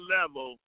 level